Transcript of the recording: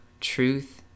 truth